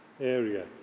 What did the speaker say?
area